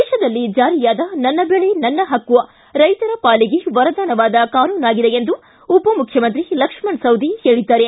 ದೇತದಲ್ಲಿ ಜಾರಿಯಾದ ನನ್ನ ಬೆಳೆ ನನ್ನ ಹಕ್ಕು ರೈತರ ಪಾಲಿಗೆ ವರದಾನವಾದ ಕಾನೂನಾಗಿದೆ ಎಂದು ಉಪ ಮುಖ್ಯಮಂತ್ರಿ ಲಕ್ಷ್ಮಣ್ ಸವದಿ ಹೇಳಿದ್ದಾರೆ